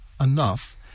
enough